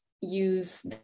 use